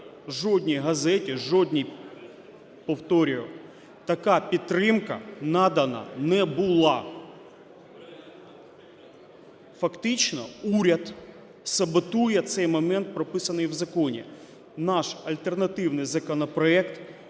жодній газеті, жодній, повторюю, така підтримка надана не була. Фактично уряд саботує цей момент, прописаний в законі. Наш альтернативний законопроект